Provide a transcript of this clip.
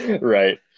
Right